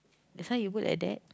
just now you put like that